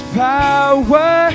power